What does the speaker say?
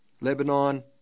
Lebanon